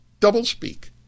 doublespeak